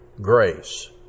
grace